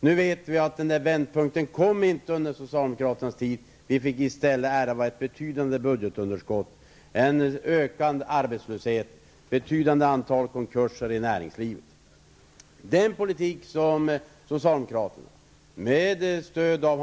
Vi vet nu att denna vändpunkt inte kom, utan vi fick i stället ärva ett betydande budgetunderskott, en ökande arbetslöshet, ett betydande antal konkurser i näringslivet osv. Den politik som socialdemokraterna inkl.